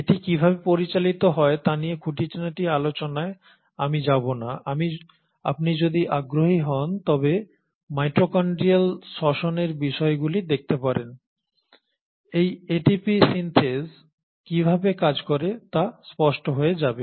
এটি কীভাবে পরিচালিত হয় তা নিয়ে খুঁটিনাটি আলোচনায় আমি যাব না আপনি যদি আগ্রহী হন তবে মাইটোকন্ড্রিয়াল শ্বসনের বিষয়গুলি দেখতে পারেন এই এটিপি সিন্থেস কীভাবে কাজ করে তা স্পষ্ট হয়ে যাবে